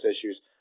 issues